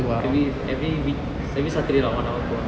every every week every saturday about one hour two hour